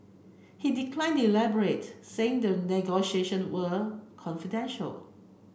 he declined to elaborate saying the negotiation were confidential